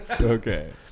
okay